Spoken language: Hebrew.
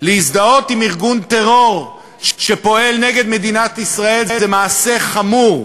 להזדהות עם ארגון טרור שפועל נגד מדינת ישראל זה מעשה חמור,